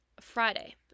Friday